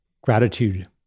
gratitude